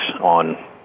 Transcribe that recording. on